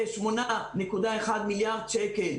כ-8.1 מיליארד שקלים